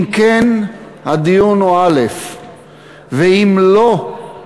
אם כן, הדיון הוא א', ואם לא,